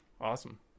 Awesome